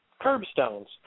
curbstones